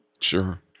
Sure